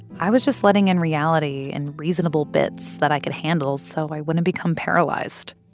i was just letting in reality in reasonable bits that i could handle so i wouldn't become paralyzed